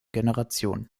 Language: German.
generation